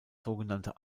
sogenannte